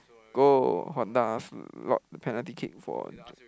go lock the penalty kick for